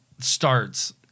starts